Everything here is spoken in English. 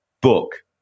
book